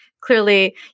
Clearly